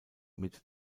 mit